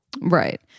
Right